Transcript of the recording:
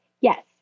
yes